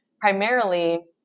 primarily